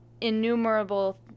innumerable